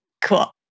cool